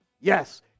Yes